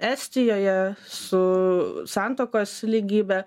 estijoje su santuokos lygybe